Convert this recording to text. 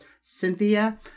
Cynthia